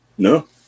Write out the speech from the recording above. No